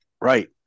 Right